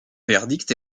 verdict